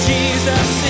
Jesus